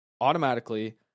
automatically